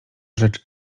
rzecz